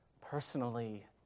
personally